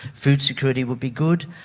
food security would be good,